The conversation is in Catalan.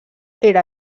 era